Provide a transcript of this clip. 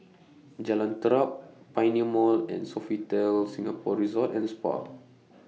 Jalan Terap Pioneer Mall and Sofitel Singapore Resort and Spa